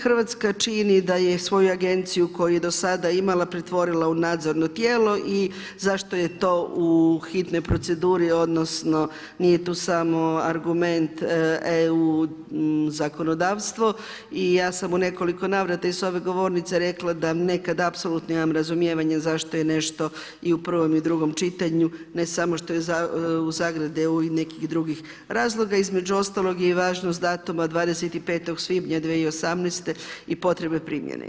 Hrvatski čini da je svoju agenciju koju je i do sada imala pretvorila u nadzorno tijelo i zašto je to u hitnoj proceduri odnosno nije tu samo argument EU zakonodavstvo i ja sam u nekoliko navrata i s ove govornice rekla da neka apsolutno imam razumijevanja zašto je nešto i u prvom i drugom čitanju, ne samo što je u zagradi EU i nekih drugih razloga, između ostalog je i važnost datuma 25. svibnja 2018. i potrebe primjene.